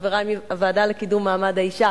לחברי מהוועדה לקידום מעמד האשה,